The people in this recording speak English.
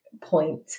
point